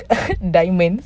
diamonds